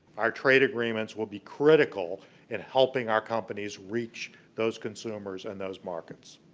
our trade agreements will be critical in helping our companies reach those consumers and those markets.